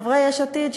חברי יש עתיד,